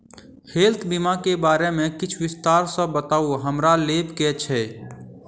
Health बीमा केँ बारे किछ विस्तार सऽ बताउ हमरा लेबऽ केँ छयः?